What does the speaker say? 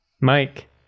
Mike